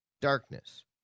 darkness